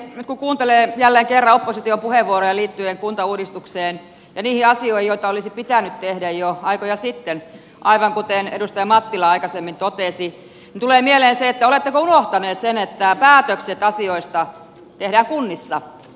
nyt kun kuuntelee jälleen kerran opposition puheenvuoroja liittyen kuntauudistukseen ja niihin asioihin joita olisi pitänyt tehdä jo aikoja sitten aivan kuten edustaja mattila aikaisemmin totesi niin tulee mieleen se että oletteko unohtaneet sen että päätökset asioista tehdään kunnissa